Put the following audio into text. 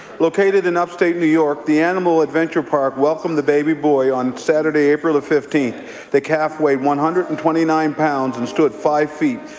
located in upstate new york, the animal adventure park welcomed the baby boy on saturday, april fifteenth. the calf weighed one hundred and twenty nine pounds and stood five feet,